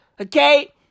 Okay